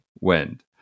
wind